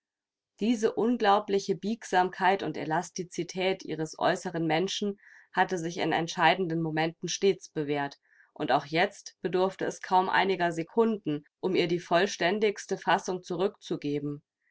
diese unglaubliche biegsamkeit und elastizität ihres äußeren menschen hatte sich in entscheidenden momenten stets bewährt und auch jetzt bedurfte es kaum einiger sekunden um ihr die vollständigste fassung zurückzugeben